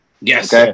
Yes